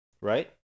Right